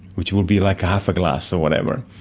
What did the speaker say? which will be like half a glass or whatever,